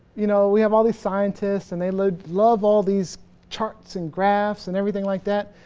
you know, we have all these scientists and they love love all these charts and graphs and everything like that.